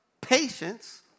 patience